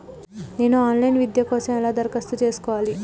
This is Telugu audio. నేను ఆన్ లైన్ విద్య కోసం ఎలా దరఖాస్తు చేసుకోవాలి?